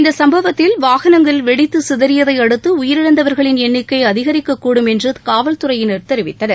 இந்த சும்பவத்தில் வாகனங்கள் வெடித்து சிதறியதையடுத்து உயிரிழந்தவர்களின் எண்ணிக்கை அதிகரிக்கக்கூடும் என்று காவல்துறையினர் தெரிவித்தனர்